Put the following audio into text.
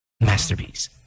masterpiece